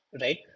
right